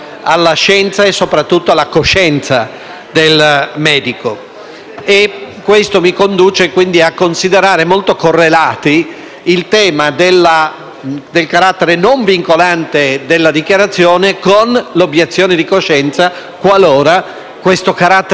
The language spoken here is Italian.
Questo mi conduce, quindi, a considerare molto correlati il tema del carattere non vincolante della dichiarazione e l'obiezione di coscienza, qualora il carattere vincolante volesse essere mantenuto.